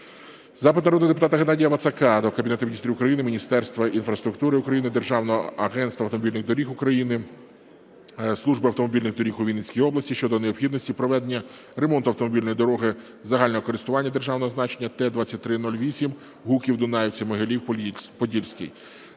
Запит народного депутата Геннадія Вацака до Кабінету Міністрів України, Міністерства інфраструктури України, Державного агентства автомобільних доріг України, Служби автомобільних доріг у Вінницькій області щодо необхідності проведення ремонту автомобільної дороги загального користування державного значення Т-23-08 Гуків - Дунаївці - Могилів-Подільський.